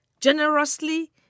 generously